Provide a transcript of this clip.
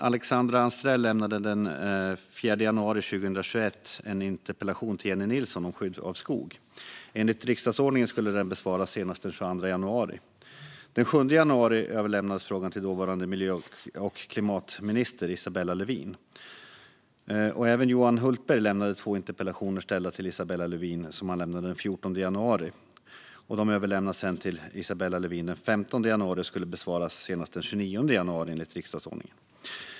Alexandra Anstrell lämnade den 4 januari 2021 in en interpellation som var ställd till Jennie Nilsson, om skydd av skog. Enligt riksdagsordningen skulle den besvaras senast den 22 januari. Den 7 januari överlämnades frågan till dåvarande miljö och klimatministern, Isabella Lövin. Även Johan Hultberg lämnade två interpellationer ställda till Isabella Lövin; dessa lämnade han in den 14 januari. De överlämnades sedan till Isabella Lövin den 15 januari och skulle enligt riksdagsordningen besvaras senast den 29 januari.